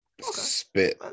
Spit